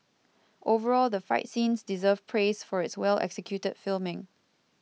overall the fight scenes deserve praise for its well executed filming